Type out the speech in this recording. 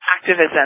activism